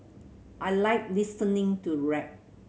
I like listening to rap